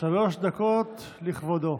שלוש דקות לכבודו.